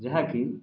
ଯାହାକି